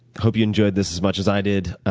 hope you enjoyed this as much as i did.